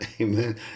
Amen